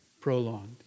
prolonged